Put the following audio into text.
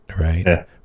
Right